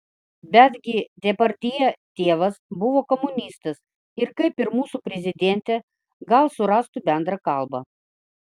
bet gi depardjė tėvas buvo komunistas ir kaip ir mūsų prezidentė gal surastų bendrą kalbą